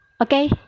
okay